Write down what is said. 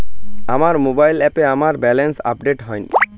আমার মোবাইল অ্যাপে আমার ব্যালেন্স আপডেট হয়নি